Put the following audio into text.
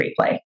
replay